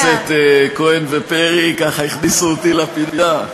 חברי הכנסת כהן ופרי ככה הכניסו אותי לפינה.